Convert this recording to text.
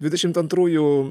dvidešimt antrųjų